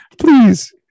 Please